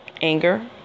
anger